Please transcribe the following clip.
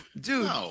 Dude